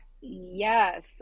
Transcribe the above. yes